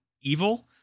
evil